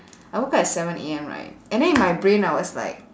I woke up at seven A_M right and then in my brain I was like